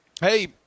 hey